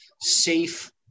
safe